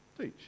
teach